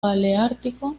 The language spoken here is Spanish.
paleártico